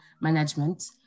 management